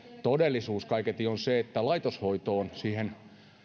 todellisuus kaiketi on se että laitoshoitoon siihen